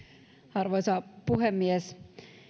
arvoisa puhemies